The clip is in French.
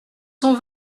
son